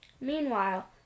Meanwhile